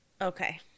Okay